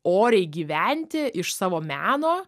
oriai gyventi iš savo meno